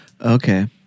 Okay